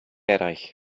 eraill